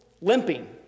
limping